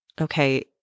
okay